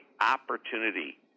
opportunity